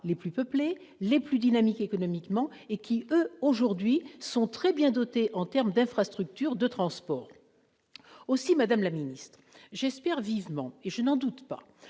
les plus peuplés, les plus dynamiques économiquement et aujourd'hui très bien dotés en termes d'infrastructures de transport. Aussi, madame la ministre, j'espère vivement- et je n'en doute pas